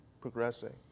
progressing